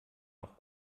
noch